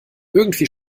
irgendwie